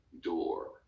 door